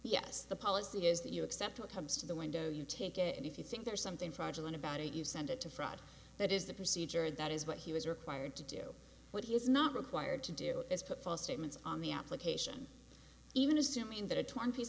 yes the policy is that you accept what comes to the window you take it and if you think there's something fraudulent about it you send it to fraud that is the procedure and that is what he was required to do what he is not required to do is put false statements on the application even assuming that a twenty piece